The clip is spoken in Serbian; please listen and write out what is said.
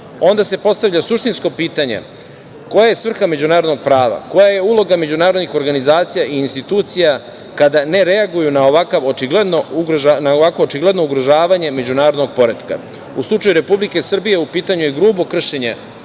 Onda se postavlja suštinsko pitanje – koja je svrha međunarodnog prava, koja je uloga međunarodnih organizacija i institucija kada ne reaguju na ovako očigledno ugrožavanje međunarodnog poretka?U slučaju Republike Srbije u pitanju je grubo kršenje